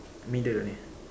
middle only